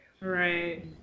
Right